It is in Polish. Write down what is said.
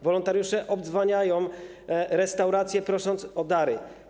Wolontariusze obdzwaniają restauracje, prosząc o dary.